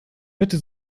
bitte